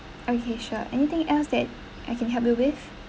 okay sure anything else that I can help you with